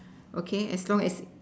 okay as long as